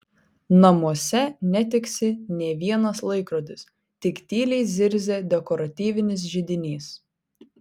namuose netiksi nė vienas laikrodis tik tyliai zirzia dekoratyvinis židinys